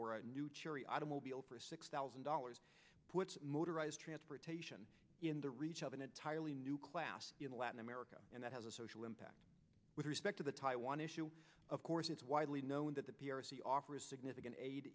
or a new cheery automobile purse six thousand dollars puts motorized transportation in the reach of an entirely new class in latin america and that has a social impact with respect to the taiwan issue of course it's widely known that the p r c offer a significant aid